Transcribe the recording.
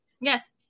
Yes